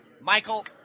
Michael